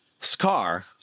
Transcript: Scar